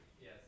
Yes